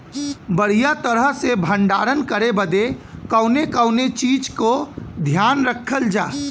बढ़ियां तरह से भण्डारण करे बदे कवने कवने चीज़ को ध्यान रखल जा?